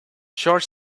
short